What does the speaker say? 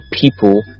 people